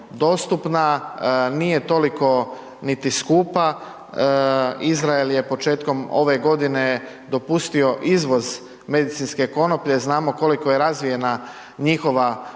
nije toliko niti skupa, Izrael je početkom ove godine dopustio izvoz medicinske konoplje, znamo koliko je razvijena njihova poljoprivreda